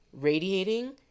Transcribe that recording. radiating